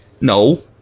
No